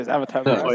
Avatar